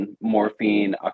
morphine